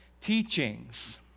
teachings